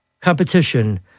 competition